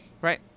right